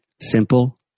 simple